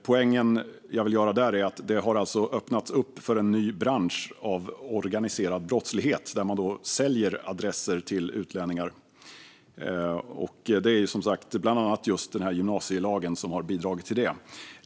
Poängen jag vill göra är att det har öppnats upp för en ny bransch inom organiserad brottslighet där man säljer adresser till utlänningar. Bland annat har som sagt gymnasielagen bidragit till det.